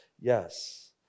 Yes